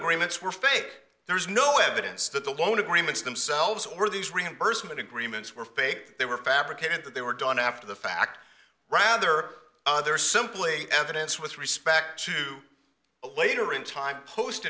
agreements were fake there is no evidence that the loan agreements themselves or these reimbursement agreements were fake they were fabricated that they were done after the fact rather other simply evidence with respect to a later in time post